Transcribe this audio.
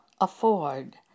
afford